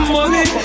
Money